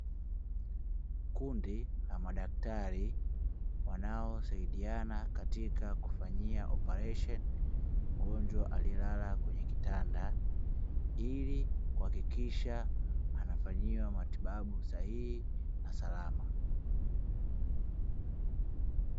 Kundi la madaktari wanaosaidiana katika kufanyia oparesheni mgonjwa aliyelala kwenye kitanda, ili kuhakikisha anafanyiwa matibabu sahihi na salama.